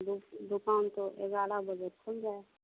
दु दुकान तो ग्यारह बजे खुल जाए